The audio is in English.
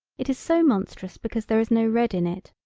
it is so monstrous because there is no red in it.